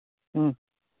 ꯎꯝ